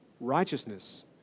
righteousness